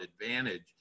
advantage